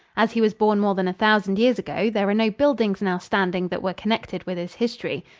as he was born more than a thousand years ago, there are no buildings now standing that were connected with his history.